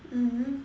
mmhmm